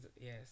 yes